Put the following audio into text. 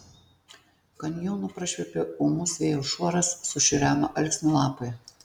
kanjonu prašvilpė ūmus vėjo šuoras sušiureno alksnių lapai